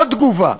עוד תגובה: